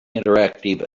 interactive